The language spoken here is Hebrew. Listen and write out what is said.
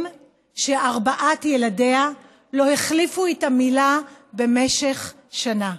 אם שארבעת ילדיה לא החליפו איתה מילה במשך שנה.